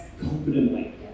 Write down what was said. confidently